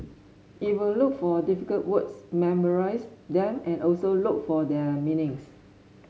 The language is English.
it will look for difficult words memorise them and also look for their meanings